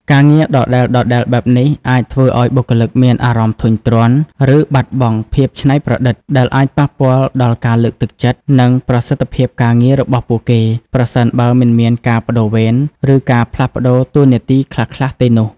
ការងារដដែលៗបែបនេះអាចធ្វើឲ្យបុគ្គលិកមានអារម្មណ៍ធុញទ្រាន់ ឬបាត់បង់ភាពច្នៃប្រឌិត ដែលអាចប៉ះពាល់ដល់ការលើកទឹកចិត្ត និងប្រសិទ្ធភាពការងាររបស់ពួកគេ ប្រសិនបើមិនមានការប្តូរវេន ឬការផ្លាស់ប្តូរតួនាទីខ្លះៗទេនោះ។